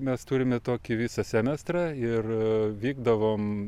mes turime tokį visą semestrą ir vykdavom